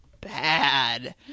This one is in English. bad